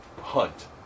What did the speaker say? hunt